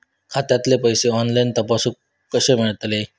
खात्यातले पैसे ऑनलाइन तपासुक कशे मेलतत?